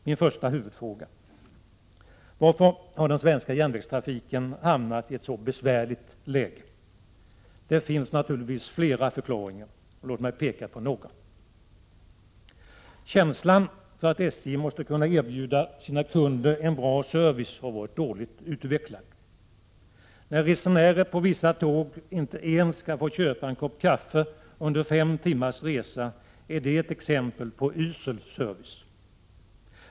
Min första huvudfråga är: Varför har den svenska järnvägstrafiken hamnat i ett så besvärligt läge? Det finns naturligtvis flera förklaringar. Låt mig peka på några: Känslan för att SJ måste kunna erbjuda sina kunder en bra service har varit dåligt utvecklad. När resenärer på vissa tåg inte ens kan få köpa en kopp kaffe under en fem timmars resa är det ett exempel på usel service.